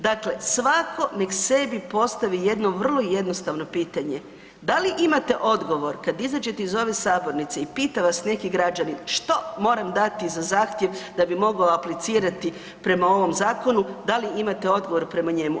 Dakle, svatko nek sebi postavi jedno vro jednostavno pitanje, da li imate odgovor kad izađete iz ove sabornice i pita vas neki građanin što moram dati za zahtjev da bi mogao aplicirati prema ovom zakonu, da li imate odgovore prema njemu.